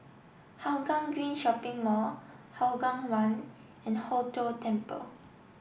Hougang Green Shopping Mall Hougang One and Hong Tho Temple